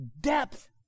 depth